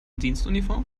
dienstuniform